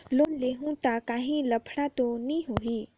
Loan लेहूं ता काहीं लफड़ा तो नी होहि?